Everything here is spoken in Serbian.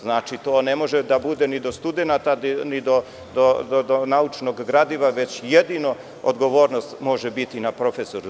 Znači, to ne može da bude ni do studenata ni do naučnog gradiva, već jedino odgovornost može biti na profesoru.